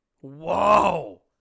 Whoa